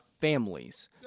families